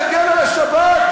אתה תגן על השבת?